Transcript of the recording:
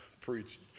preached